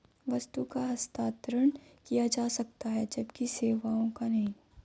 वस्तु का हस्तांतरण किया जा सकता है जबकि सेवाओं का नहीं